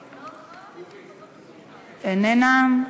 איננה,